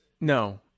no